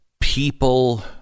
people